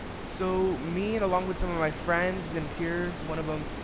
so me and along with some of my friends and peers, one of them,